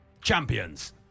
Champions